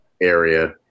area